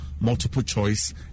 multiple-choice